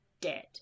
dead